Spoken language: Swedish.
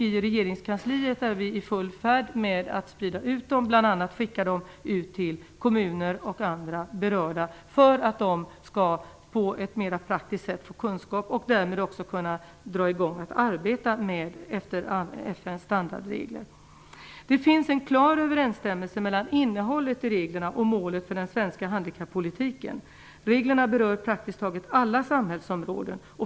I regeringskansliet är vi i full färd med att skriva ut dem och bl.a. skicka dem ut till kommuner och andra berörda för att de på ett mera praktiskt sätt skall få kunskap och därmed också kunna börja arbeta efter FN:s standardregler. Det finns en klar överensstämmelse mellan innehållet i reglerna och målet för den svenska handikappolitiken. Reglerna berör praktiskt taget alla samhällsområden.